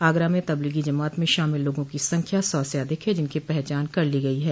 आगरा में तबलीगी जमात में शामिल लोगों की संख्या सौ से अधिक है जिनकी पहचान कर ली गयी है